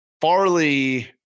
Farley